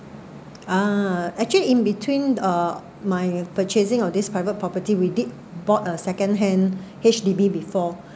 uh actually in between uh my purchasing of these private property we did bought a second hand H_D_B before